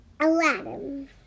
Aladdin